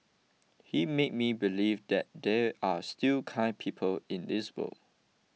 he made me believe that there are still kind people in this world